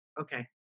Okay